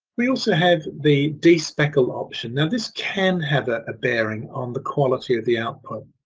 we also have the despeckle option now this can have a bearing on the quality of the output.